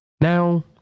Now